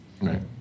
Right